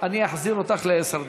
אני אחזיר אותך לעשר דקות.